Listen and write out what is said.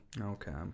Okay